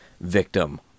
Victim